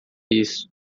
isso